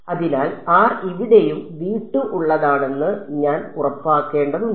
അതിനാൽ r ഇവിടെയും ഉള്ളതാണെന്ന് ഞാൻ ഉറപ്പാക്കേണ്ടതുണ്ട്